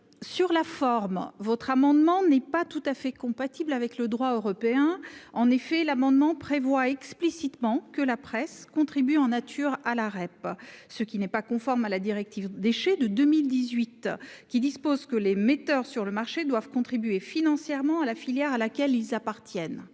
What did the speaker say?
sur la forme, votre amendement n'est pas tout à fait compatible avec le droit européen. En effet, il a explicitement pour objet que la presse contribue en nature à la REP, ce qui n'est pas conforme à la directive Déchets de 2018, laquelle dispose que les metteurs sur le marché doivent contribuer financièrement à la filière à laquelle ils appartiennent.